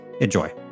Enjoy